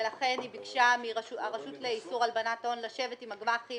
לכן היא ביקשה מהרשות לאיסור הלבנת הון לשבת עם הגמ"חים